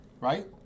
Right